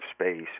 space